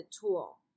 tool